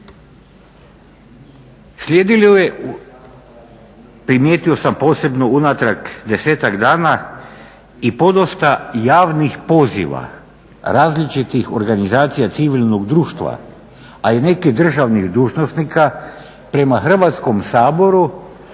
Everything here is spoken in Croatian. Slijedilo je, primijetio sam posebno unatrag 10-ak dana i podosta javnih poziva različitih organizacija civilnog društva a i nekih državnih dužnosnika prema Hrvatskom saboru